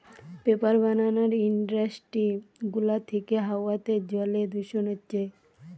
paper বানানার industry গুলা থিকে হাওয়াতে জলে দূষণ হচ্ছে